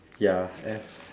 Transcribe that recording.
ya F